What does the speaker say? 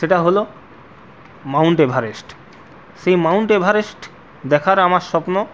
সেটা হল mount Everest সেই মাউন্ট এভারেস্ট দেখার আমার স্বপ্ন